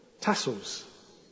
tassels